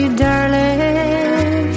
darling